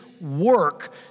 work